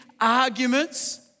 arguments